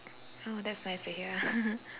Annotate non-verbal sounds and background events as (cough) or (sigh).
oh that's nice to hear (laughs)